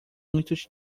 muitos